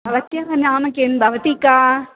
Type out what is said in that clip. भवत्याः नाम किं भवती का